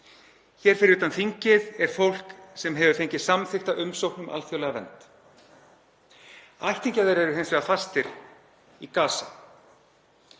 Hér fyrir utan þingið er fólk sem hefur fengið samþykkta umsókn um alþjóðlega vernd. Ættingjar þeirra eru hins vegar fastir í Gaza.